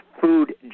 Food